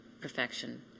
perfection